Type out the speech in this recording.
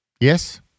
Yes